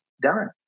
done